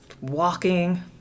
walking